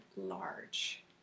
large